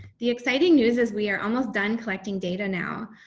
the exciting news is we are almost done, collecting data now